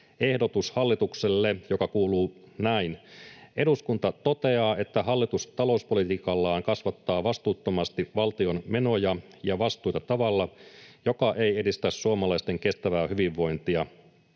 hallitukselle, joka kuuluu näin: ”Eduskunta toteaa, että hallitus talouspolitiikallaan kasvattaa vastuuttomasti valtion menoja ja vastuita tavalla, joka ei edistä suomalaisten kestävää hyvinvointia.